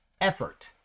effort